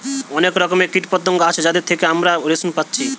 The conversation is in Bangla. অনেক রকমের কীটপতঙ্গ আছে যাদের থিকে আমরা রেশম পাচ্ছি